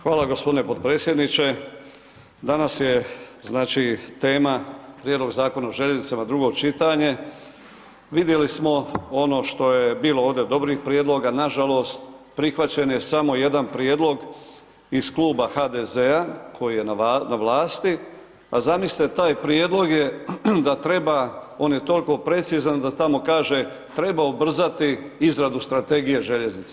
Hvala gospodine podpredsjedniče, danas je znači tema Prijedlog Zakona o željeznicama drugo čitanje, vidjeli smo ono što je bilo ovdje dobrih prijedloga, nažalost prihvaćen je samo jedan prijedlog iz Kluba HDZ-a koji je na vlasti, a zamislite taj prijedlog je da treba on je tolko precizan da tamo kaže, treba ubrzati izradu strategije željeznice.